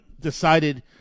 decided